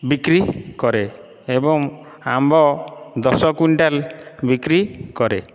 ବିକ୍ରି କରେ ଏବଂ ଆମ୍ବ ଦଶ କୁଇଣ୍ଟାଲ୍ ବିକ୍ରି କରେ